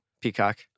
Peacock